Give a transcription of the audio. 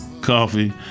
coffee